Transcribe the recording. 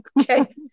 Okay